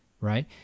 right